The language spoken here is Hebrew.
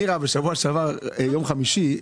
ננעלה בשעה 12:00.